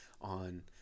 on